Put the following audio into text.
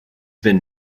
been